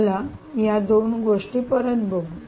चला या दोन गोष्टी परत बघूया